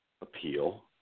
appeal